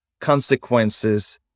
consequences